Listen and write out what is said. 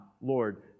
Lord